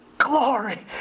glory